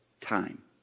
time